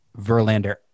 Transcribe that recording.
Verlander